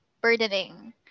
burdening